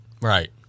right